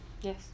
Yes